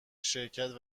شرکت